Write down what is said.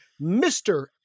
Mr